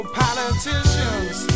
politicians